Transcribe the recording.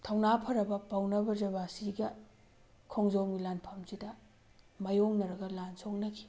ꯊꯧꯅꯥ ꯐꯔꯕ ꯄꯥꯎꯅꯥ ꯕ꯭ꯔꯖꯕꯥꯁꯤꯒ ꯈꯣꯡꯖꯣꯝꯒꯤ ꯂꯥꯟꯐꯝꯁꯤꯗ ꯃꯥꯏꯌꯣꯛꯅꯔꯒ ꯂꯥꯟ ꯁꯣꯛꯅꯈꯤ